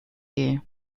you